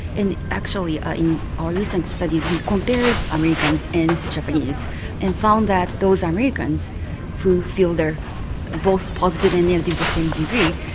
and actually in our recent studies we compared americans and japanese and found that those americans who feel they're both positive and negative to the same degree,